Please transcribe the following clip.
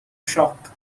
shock